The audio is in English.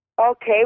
Okay